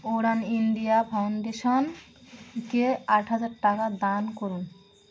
উড়ান India ফাউন্ডেশনকে আট হাজার টাকা দান করুন